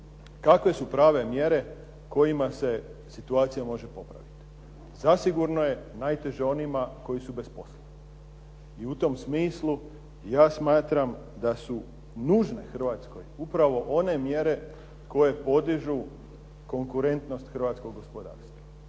kakve su prave mjere kojima se situacija može popraviti? Zasigurno je najteže onima koji su bez posla. I u tom smislu ja smatram da su nužne Hrvatskoj upravo one mjere koje podižu konkurentnost hrvatskog gospodarstva.